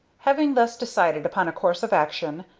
having thus decided upon a course of action,